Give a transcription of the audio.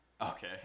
Okay